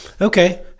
Okay